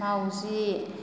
माउजि